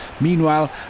Meanwhile